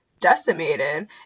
decimated